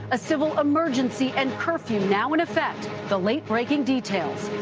a civil emergency and curfew now in effect, the late breaking details.